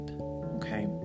okay